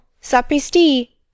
sapristi